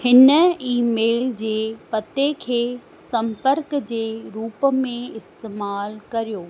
हिन ईमेल जे पत्ते खे संपर्क जे रूप में इस्तेमालु करियो